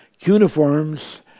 cuneiforms